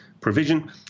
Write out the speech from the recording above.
provision